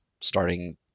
starting